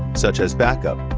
such as backup,